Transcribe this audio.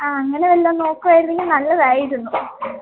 ആ അങ്ങനെ വല്ലതും നോക്കുകയായിരുന്നെങ്കില് നല്ലതായിരുന്നു